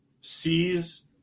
sees